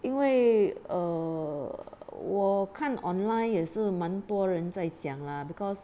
因为 err 我看 online 也是蛮多人在讲 lah because